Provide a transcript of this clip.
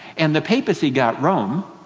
and the papacy got rome.